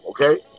okay